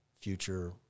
future